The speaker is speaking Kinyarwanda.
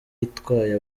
itwaye